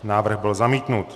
Návrh byl zamítnut.